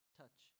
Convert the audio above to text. touch